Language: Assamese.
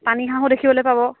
পানী হাঁহো দেখিবলৈ পাব